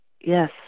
yes